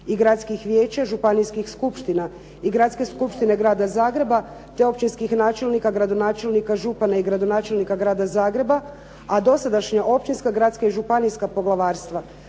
i gradskih vijeća, županijskih skupština i Gradske skupštine Grada Zagreba te općinskih načelnika, gradonačelnika, župana i gradonačelnika Grada Zagreba, a dosadašnja općinska, gradska i županijska poglavarstva